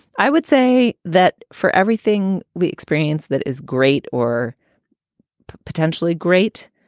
i would say that for everything we experience, that is great or potentially great.